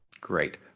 Great